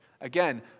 Again